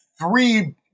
three